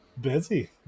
busy